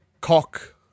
Cock